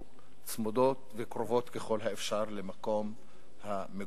צמודים וקרובים ככל האפשר למקום המגורים.